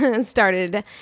started